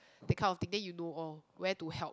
that kind of thing then you know orh where to help